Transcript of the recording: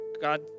god